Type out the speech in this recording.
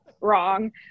wrong